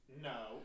No